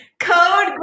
code